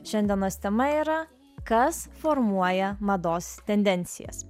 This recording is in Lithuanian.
šiandienos tema yra kas formuoja mados tendencijas